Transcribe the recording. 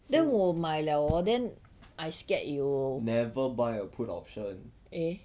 then 我买了我 then I scared it will eh